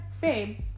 babe